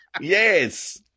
Yes